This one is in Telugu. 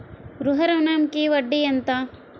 గృహ ఋణంకి వడ్డీ ఎంత?